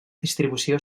distribució